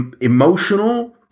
emotional